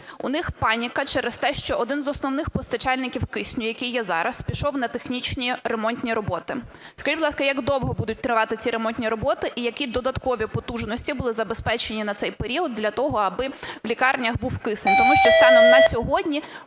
У них паніка через те, що один з основних постачальників кисню, який є зараз, пішов на технічні ремонтні роботи. Скажіть, будь ласка, як довго будуть тривати ці ремонтні роботи і які додаткові потужності були забезпечені на цей період для того, аби в лікарнях був кисень. Тому що станом на сьогодні